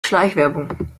schleichwerbung